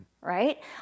right